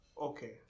Okay